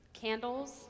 candles